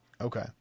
Okay